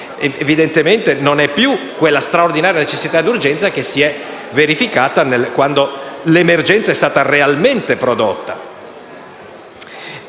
evidentemente non c'è più quella straordinaria necessità ed urgenza che si è verificata quando l'emergenza è stata realmente prodotta.